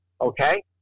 okay